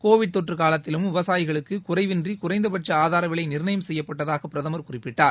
Covid தொற்று காலத்திலும் விவசாயிகளுக்கு குறைவின்றி குறைந்த பட்ச ஆதார விலை நிர்ணயம் செய்யப்பட்டதாக பிரதமர் குறிப்பிட்டார்